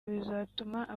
bizatuma